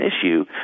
issue